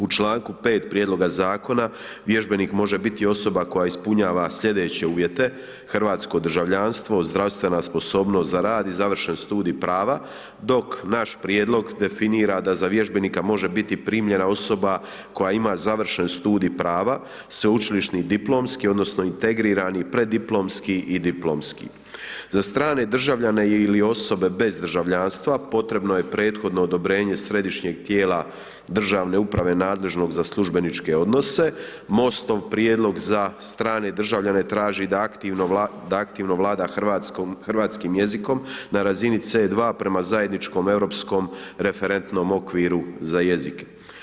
U članku 5. prijedloga zakona vježbenik može biti osoba koja ispunjava slijedeće uvjete: hrvatsko državljanstvo, zdravstvena sposobnost za rad i završen studij prava, dok naš prijedlog definira da za vježbenika može biti primljena osoba koja ima završen studij prava, sveučilišni diplomski odnosno integrirani preddiplomski i diplomski, za strane državljane ili osobe bez državljanstva potrebno je prethodno odobrenje središnjeg tijela državne uprave nadležnog za službeničke odnose, MOST-ov prijedlog za strane državljane traži da aktivno vlada hrvatskim jezikom na razini C2 prema zajedničkom europskom referentnom okviru za jezike.